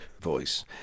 voice